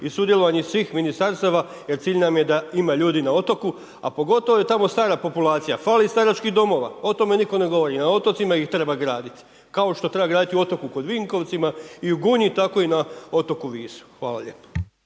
i sudjelovanje svih ministarstava jer cilj nam je da ima ljudi na otoku, a pogotovo ona tamo stara populacija, fali staračkih domova, o tome nitko ne govori i na otocima ih treba graditi, kao što ih treba graditi kod Vinkovcima i u Gunji, tako i na otoku Visu. Hvala lijepo.